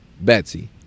Betsy